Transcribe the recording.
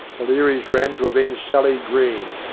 the learys ran to avenge sally green,